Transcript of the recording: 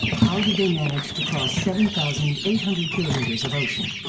how did they manage to cross seven thousand eight hundred kilometers of ocean?